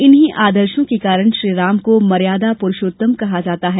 इन्हीं आदर्शों के कारण श्रीराम को मर्यादा पुरूषोत्तम कहा जाता है